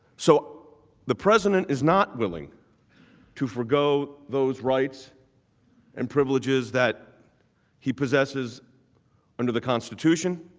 so the president is not really to forgo those rights and privileges that he possesses under the constitution